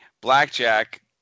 Blackjack